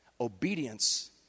obedience